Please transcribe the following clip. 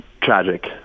tragic